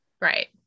right